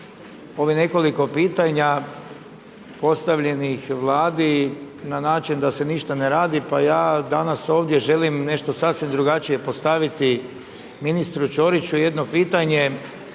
ovih nekoliko pitanja postavljenih Vladi na način da se ništa ne radi, pa ja danas ovdje želim nešto sasvim drugačije postaviti ministru Ćoriću jedno pitanje,